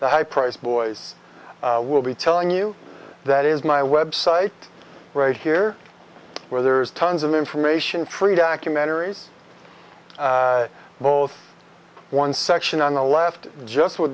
the high priced boys will be telling you that is my website right here where there is tons of information true documentaries both one section on the left just